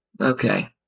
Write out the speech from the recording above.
Okay